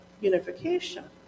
Unification